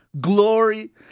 glory